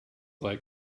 like